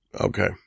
Okay